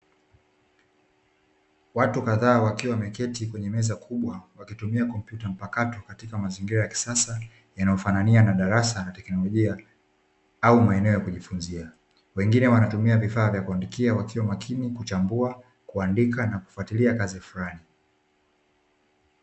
Watu kadhaa wakiwa wameketi kwenye meza kubwa wakitumia komputa mpakato katika mazingira ya kisasa yanayo fanania na darasa la teknologia au maeneo ya kujifunzia wengine wanatumia vifaanya kuandikia wakiwa makini kuchambua, kuandika na kufuatilia kazi fulani.